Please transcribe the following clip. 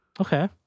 Okay